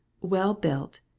well-built